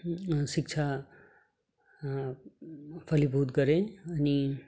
शिक्षा फलीभूत गरेँ अनि